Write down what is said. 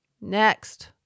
Next